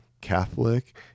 Catholic